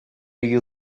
you